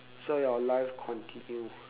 so your life continue